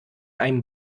einem